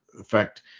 effect